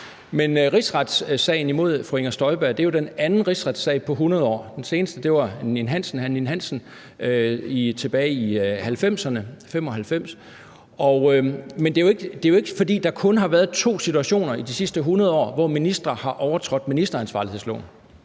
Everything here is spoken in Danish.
Men rigsretssagen imod fru Inger Støjberg er jo den anden rigsretssag på 100 år. Den seneste var den om Ninn-Hansen tilbage i 1995. Men det er jo ikke, fordi der kun har været to situationer i de sidste 100 år, hvor ministre har overtrådt ministeransvarlighedsloven.